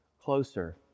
closer